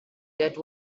that